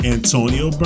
Antonio